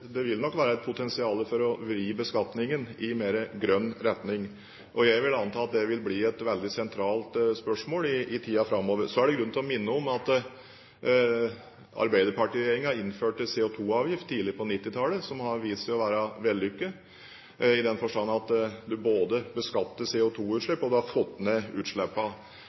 det vil nok være et potensial for å vri beskatningen i en mer grønn retning, og jeg vil anta at det vil bli et veldig sentralt spørsmål i tiden framover. Så er det grunn til å minne om at arbeiderpartiregjeringen innførte CO2-avgift tidlig på 1990 tallet, noe som har vist seg å være vellykket i den forstand at du både beskatter CO2-utslipp og har fått ned